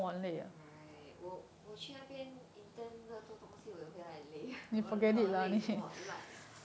right 我我去那边 qu na bian intern 的做东西我就回来很累不知道累什么 hen lei bu zhi dao lei shen me